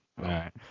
right